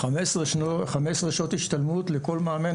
חמש עשרה שעות השתלמות לכל מאמן,